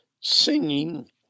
singing